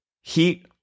heat